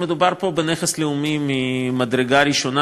מדובר פה בנכס לאומי ממדרגה ראשונה,